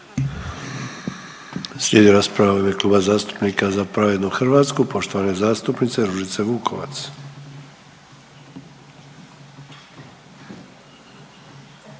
imate riječ u ime Kluba zastupnika Za pravednu Hrvatsku. Poštovana zastupnica Ružica Vukovac.